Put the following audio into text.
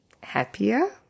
happier